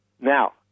Now